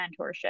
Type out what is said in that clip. mentorship